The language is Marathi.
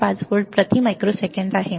5 व्होल्ट प्रति मायक्रोसेकंद आहे